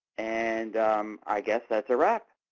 and i guess that's a wrap.